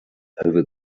over